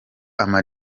ama